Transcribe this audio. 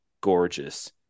gorgeous